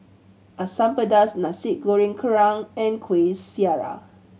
Asam Pedas Nasi Goreng Kerang and Kuih Syara